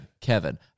Kevin